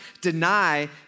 deny